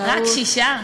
רק שישה?